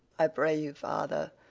i pray you, father,